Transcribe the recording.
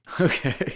Okay